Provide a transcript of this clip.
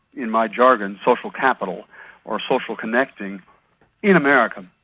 in my jargon, social capital or social connecting in america.